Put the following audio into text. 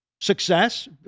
success